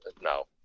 No